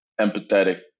empathetic